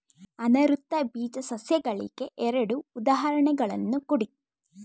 ಅನಾವೃತ ಬೀಜ ಸಸ್ಯಗಳಿಗೆ ಎರಡು ಉದಾಹರಣೆಗಳನ್ನು ಕೊಡಿ